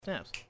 Snaps